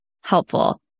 helpful